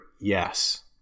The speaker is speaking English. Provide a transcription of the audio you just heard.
Yes